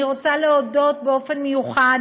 אני רוצה להודות באופן מיוחד